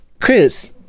Chris